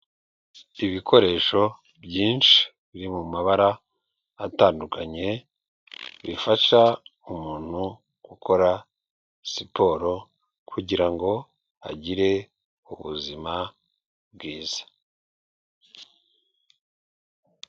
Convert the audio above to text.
Ibikoresho byinshi biri mu mabara atandukanye, bifasha umuntu gukora siporo kugira ngo agire ubuzima bwiza.